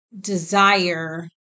desire